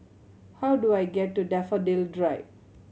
how do I get to Daffodil Drive